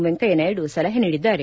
ವೆಂಕಯ್ಯ ನಾಯ್ಡ ಸಲಹೆ ನೀಡಿದ್ದಾರೆ